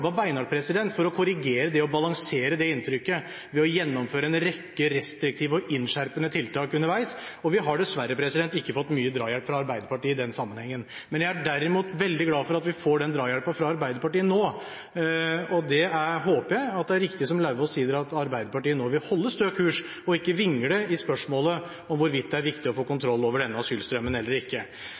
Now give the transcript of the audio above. for å korrigere og balansere det inntrykket ved å gjennomføre en rekke restriktive og innskjerpende tiltak underveis, og vi har dessverre ikke fått mye drahjelp fra Arbeiderpartiet i den sammenhengen. Jeg er derimot veldig glad for at vi får den drahjelpen fra Arbeiderpartiet nå, og jeg håper det er riktig som Lauvås sier, at Arbeiderpartiet nå vil holde stø kurs og ikke vingle i spørsmålet om hvorvidt det er viktig å få kontroll over denne asylstrømmen eller ikke. Vurderingen av at det ikke er iverksatt tiltak underveis, er fullstendig feil. Det er en virkelighetsforståelse jeg overhodet ikke